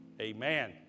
Amen